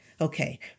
Okay